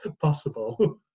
possible